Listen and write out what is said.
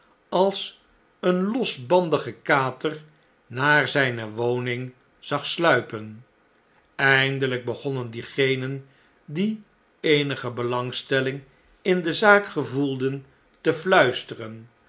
als een losbandige kater naar zjjne woning zag sluipen eindelijk begonnen diegenen die eenige belangstelling in de zaak gevoelden te fluisteren